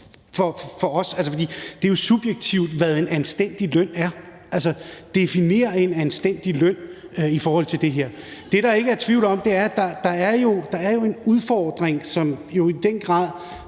for os, for det er jo subjektivt, hvad en anstændig løn er. Altså, definer en anstændig løn i forhold til det her. Det, der ikke er tvivl om, er, at der jo er en udfordring, som i den grad,